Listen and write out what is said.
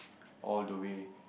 all the way